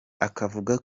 akavuga